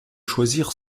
choisir